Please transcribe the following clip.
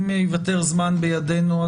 אם יוותר זמן בידינו,